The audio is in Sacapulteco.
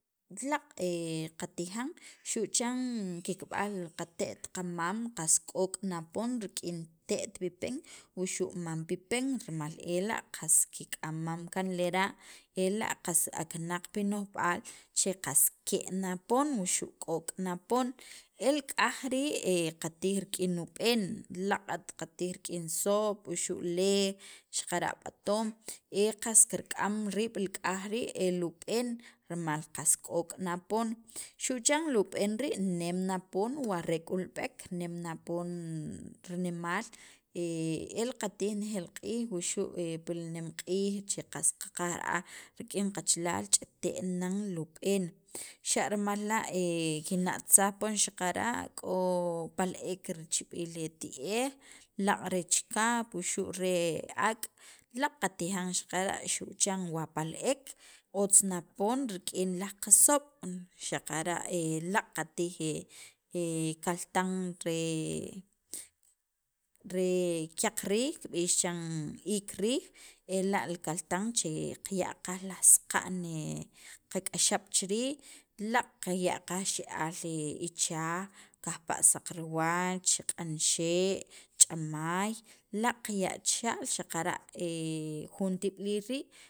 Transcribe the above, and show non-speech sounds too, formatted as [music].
Laaq' qatijan [noise] xu' chan kikb'aj qate't qamam qas k'ok' na pon rik'in te't pi pen wuxu' mam pipen rimal ela' qas kik'amam kaan lera', ela' qas aknaq pi kino'jb'al che qas ke' na poon wuxu' k'ok' na poon el k'aj rii' qatij rik'in ub'en laaq't qatij rik'in soob' wuxu' leej xaqara' b'atoom e qas kirk'am riib' li k'aj rii' el ub'een rimal qas k'ok' na poon xu' chan li ub'en rii' nem na poon wa re k'ulb'ek, nem na poon rinemaal [hesitation] el qatij reneejel q'iij wuxu' pil nemq'iij che qs qaqaj ra'aj ch'ite'n nan li ub'en, xa' rimal la' [hesitation] kinna'tsaj poon xaqara' k'o pal- ek richib'il ti'ej laaq' re chikap wuxu' re ak' laaq' qatijan xaqara' xu' chan wa pal- ek otz na poon rik'in laj qasoob' xaqara' laaq' qatij kaltan re re kyaq riij kib'ix chiran iik riij, ela' li kaltan che qaya' qaj laj saqa'n qak'axab' chi riij laaq' qaya' qaj rixe'al ichaj kajpa' saqriwach, q'anxe' ch'amaay laaq' qaya' chixa'l xaqara' [hesitation] jun tib'iliil rii'.